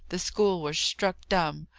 the school were struck dumb.